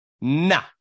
Nah